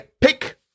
pick